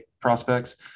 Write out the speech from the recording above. prospects